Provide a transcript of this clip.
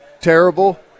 terrible